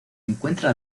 encuentra